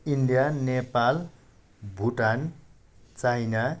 India Nepal Bhutan China